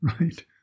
right